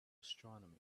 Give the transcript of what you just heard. astronomy